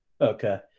Okay